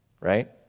right